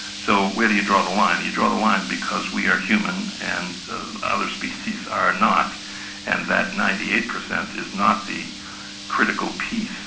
so where do you draw the line, do you draw the line because we are human and other species are not and that ninety eight percent is not the critical piece,